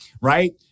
Right